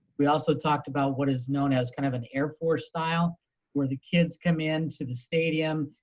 we also talked about what is known as kind of an air force style where the kids come in to the stadium.